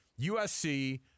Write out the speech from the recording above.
usc